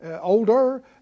older